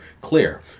clear